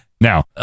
Now